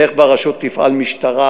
איך ברשות תפעל משטרה,